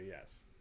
yes